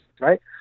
right